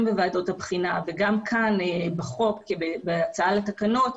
בוועדות הבחינה וגם כאן בהצעה לתקנות,